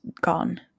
gone